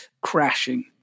crashing